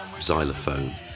xylophone